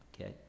Okay